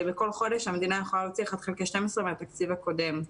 בכל חודש המדינה יכולה להוציא 1/12 מן התקציב הקודם.